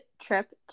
trip